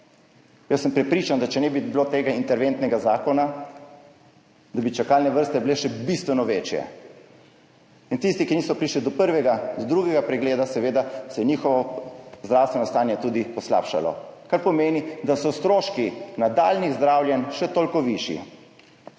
izsledka. Prepričan sem, da če ne bi bilo tega interventnega zakona, bi čakalne vrste bile še bistveno večje. Tistim, ki niso prišli do prvega, do drugega pregleda, seveda, se je njihovo zdravstveno stanje tudi poslabšalo, kar pomeni, da so stroški nadaljnjih zdravljenj še toliko višji.